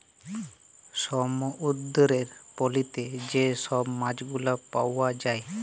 সমুদ্দুরের পলিতে যে ছব মাছগুলা পাউয়া যায়